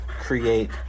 create